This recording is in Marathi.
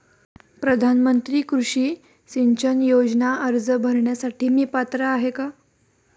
प्रधानमंत्री कृषी सिंचन योजना अर्ज भरण्यासाठी मी पात्र आहे का?